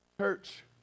church